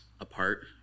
apart